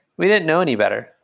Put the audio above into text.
we didn't know any better.